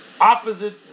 opposite